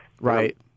Right